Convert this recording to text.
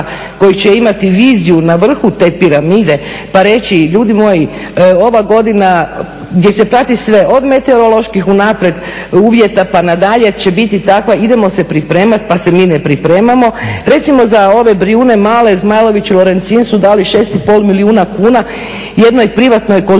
koji će imati viziju na vrhu te piramide pa reći ljudi moji ova godina gdje se prati sve, od meteoroloških unaprijed uvjeta pa nadalje će biti takva, idemo se pripremat pa se mi ne pripremamo. Recimo za ove Brijune male Zmajlović i Lorencin su dali 6,5 milijuna kuna jednoj privatnoj konzultantskoj